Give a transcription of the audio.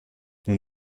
nun